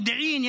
יש מודיעין,